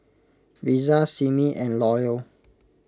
Risa Simmie and Loyal